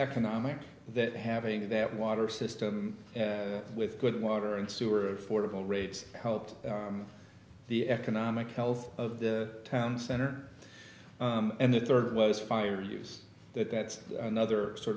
economic that having that water system with good water and sewer affordable rates helped the economic health of the town center and the third was fire use that that's another sort